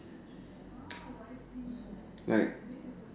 like